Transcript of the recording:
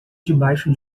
debaixo